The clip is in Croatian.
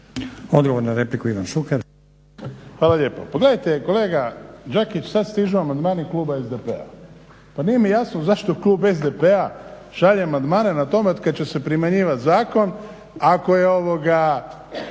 Odgovor na repliku, Ivan Šuker.